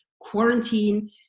quarantine